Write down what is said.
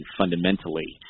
fundamentally